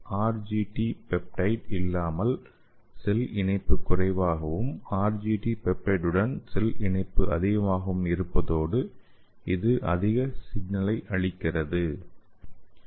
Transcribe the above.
RGD peptide இல்லாமல் cell இணைப்பு குறைவாகவும் ஆர்ஜிடி பெப்டைடுடன் செல் இணைப்பு அதிகமாகவும் இருப்பதோடு இது அதிக சிக்னலை அளிக்கிறது